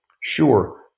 sure